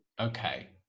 Okay